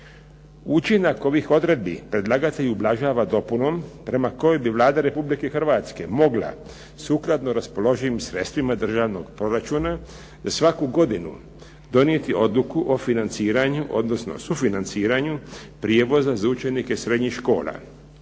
Učinak ovih odredbi predlagatelj ublažava dopunom prema kojoj bi Vlada Republike Hrvatske mogla sukladno raspoloživim sredstvima državnog proračuna za svaku godinu donijeti odluku o financiranju, odnosno sufinanciranju prijevoza za učenike srednjih škola.